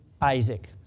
Isaac